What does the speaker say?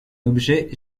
objet